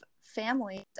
families